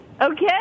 Okay